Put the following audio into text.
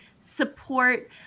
Support